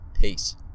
Peace